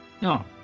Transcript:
no